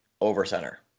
over-center